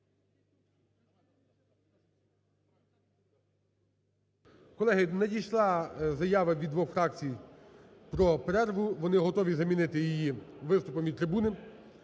Колеги, надійшла заява від двох фракцій про перерву, вони готові замінити її виступом від трибуни,